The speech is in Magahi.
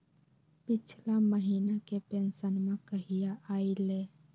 पिछला महीना के पेंसनमा कहिया आइले?